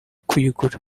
kuyigura